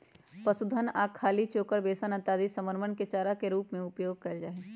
पशुअन ला खली, चोकर, बेसन इत्यादि समनवन के चारा के रूप में उपयोग कइल जाहई